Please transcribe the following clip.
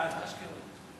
את